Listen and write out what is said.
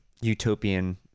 utopian